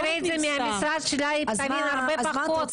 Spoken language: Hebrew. אם היא תראה את זה מהמשרד שלה היא תבין הרבה פחות.